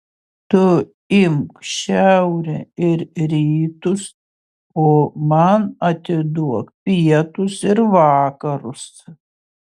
tu imk šiaurę ir rytus o man atiduok pietus ir vakarus